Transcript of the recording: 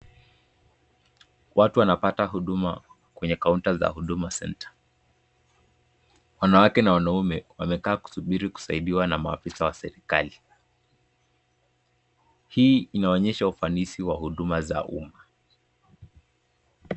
Watu wanapata huduma kwenye kaunta za huduma center. Wanawake na wanaume wamekaa kusubiri kusaidiwa na maafisa wa serekali, hii inaonyesha ufanisi wa huduma za umma.